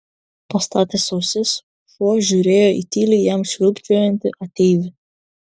pastatęs ausis šuo žiūrėjo į tyliai jam švilpčiojantį ateivį